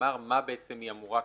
נאמר מה בעצם היא אמורה,